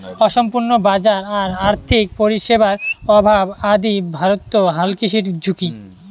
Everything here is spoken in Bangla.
অসম্পূর্ণ বাজার আর আর্থিক পরিষেবার অভাব আদি ভারতত হালকৃষির ঝুঁকি